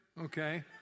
okay